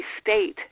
state